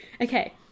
okay